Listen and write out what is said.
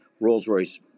Rolls-Royce